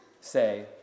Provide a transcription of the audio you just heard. say